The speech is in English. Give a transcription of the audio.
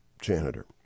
janitor